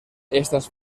estas